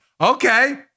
Okay